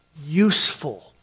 useful